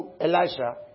Elisha